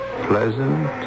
pleasant